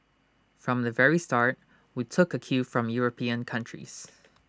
from the very start we took A cue from european countries